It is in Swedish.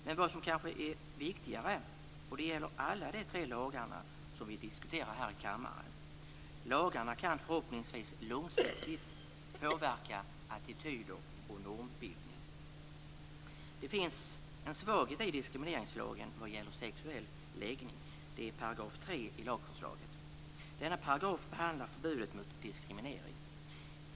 Men viktigare är kanske, och det gäller alla de tre lagar som vi diskuterar här i kammaren, att lagarna förhoppningsvis långsiktigt kan påverka attityder och normbildning. Det finns en svaghet i diskrimineringslagen vad gäller sexuell läggning, nämligen 3 § i lagförslaget. Denna paragraf behandlar förbudet mot diskriminering.